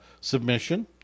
submission